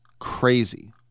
crazy